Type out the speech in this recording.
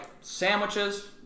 sandwiches